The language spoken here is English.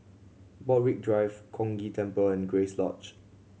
Borthwick Drive Chong Ghee Temple and Grace Lodge